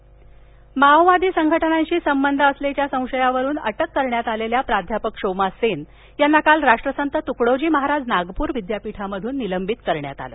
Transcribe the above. भीमा कोरेगाव माओवादी संघटनाशी संबंध असल्याच्या संशयावरून अटक करण्यात आलेल्या प्राध्यापक शोमा सेन यांना काल राष्ट्रसंत तुकडोजी महाराज नागपूर विद्यापीठातून निलंबित करण्यात आलं